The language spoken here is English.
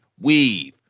Weave